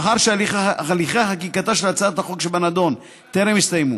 מאחר שהליכי חקיקתה של הצעת החוק שבנדון טרם הסתיימו,